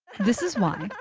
this is why,